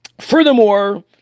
Furthermore